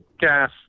gas